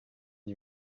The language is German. die